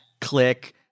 Click